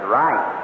right